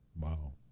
wow